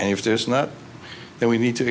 and if there's not then we need to